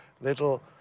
little